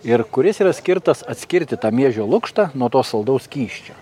ir kuris yra skirtas atskirti tą miežių lukštą nuo to saldaus skysčio